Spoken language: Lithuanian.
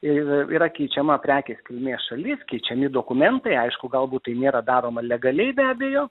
ir yra keičiama prekės kilmės šalis keičiami dokumentai aišku galbūt tai nėra daroma legaliai be abejo